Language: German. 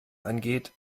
angeht